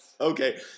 Okay